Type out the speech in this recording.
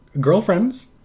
girlfriends